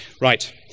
Right